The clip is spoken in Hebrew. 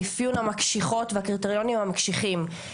בגלל ועדות האפיון המקשיחות והקריטריונים המקשיחים,